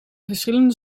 verschillende